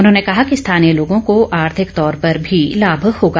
उन्होंने कहा कि स्थानीय लोगों को आर्थिक तौर पर भी लाम होगा